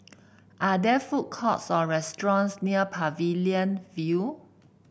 are there food courts or restaurants near Pavilion View